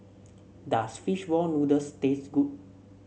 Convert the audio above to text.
does fish ball noodles taste good